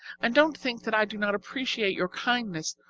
and don't think that i do not appreciate your kindness,